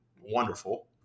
Wonderful